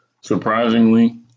Surprisingly